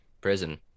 prison